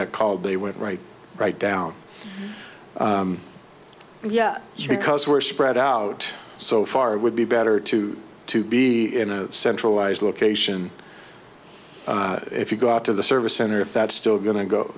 got called they went right right down and yeah because we're spread out so far it would be better to to be in a centralized location if you go out to the service center if that's still go